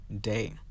day